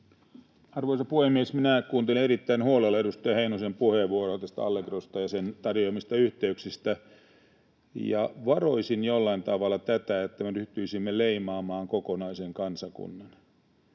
Arvoisa puhemies! Minä kuuntelin erittäin huolella edustaja Heinosen puheenvuoroa tästä Allegrosta [Timo Heinonen: Hyvä!] ja sen tarjoamista yh- teyksistä, ja varoisin jollain tavalla tätä, että me ryhtyisimme leimaamaan kokonaisen kansakunnan.